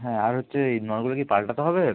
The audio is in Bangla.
হ্যাঁ আর হচ্ছে এই নলগুলো কি পাল্টাতে হবে